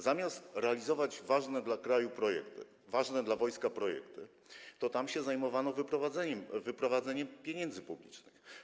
Zamiast realizować ważne dla kraju projekty, ważne dla wojska projekty, to tam się zajmowano wyprowadzaniem pieniędzy publicznych.